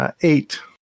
Eight